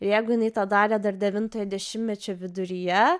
jeigu jinai tą darė dar devintojo dešimtmečio viduryje